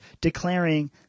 declaring